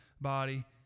body